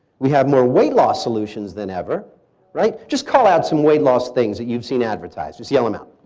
we have more weight loss solutions than ever right. just call out some weight loss things that you've seen advertised. just yell them out.